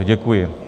Děkuji.